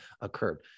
occurred